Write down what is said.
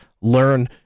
learn